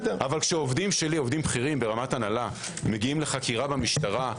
אבל כשעובדים בכירים שלי ברמת הנהלה מגיעים לחקירה במשטרה-